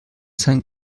sein